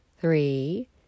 three